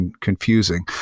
confusing